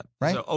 Right